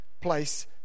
place